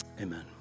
Amen